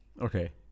Okay